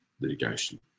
litigation